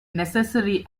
necessary